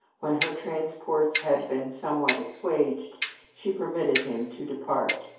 when her transports had been somewhat assuaged she permitted him to depart,